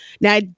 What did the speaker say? Now